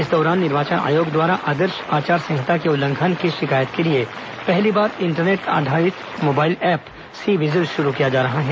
इस दौरान निर्वाचन आयोग द्वारा आदर्श आचार संहिता के उल्लंघन की शिकायत के लिए पहली बार इंटरनेट आधारित मोबाइल ऐप सी विजिल शुरू किया जा रहा है